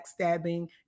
backstabbing